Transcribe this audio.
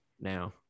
now